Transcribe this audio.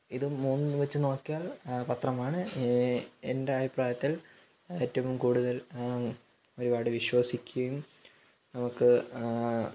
ഇത് മൂന്നും വെച്ച് നോക്കിയാല് പത്രമാണ് ഏ എന്റെ അഭിപ്രായത്തില് ഏറ്റവും കൂടുതല് ഒരുപാട് വിശ്വസിക്കുകയും നമുക്ക്